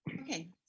Okay